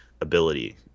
ability